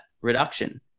reduction